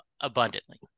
abundantly